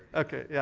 ok. yeah